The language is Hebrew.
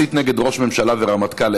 מסית נגד ראש ממשלה ורמטכ"ל,